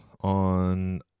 on